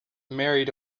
married